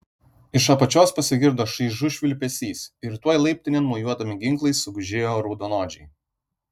iš apačios pasigirdo šaižus švilpesys ir tuoj laiptinėn mojuodami ginklais sugužėjo raudonodžiai